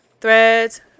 threads